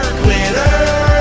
glitter